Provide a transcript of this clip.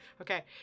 Okay